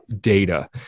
data